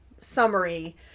summary